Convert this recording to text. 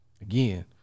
again